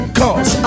cause